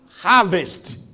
harvest